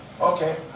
Okay